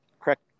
correct